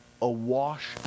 awash